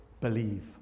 Believe